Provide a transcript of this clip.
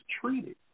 treated